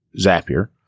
Zapier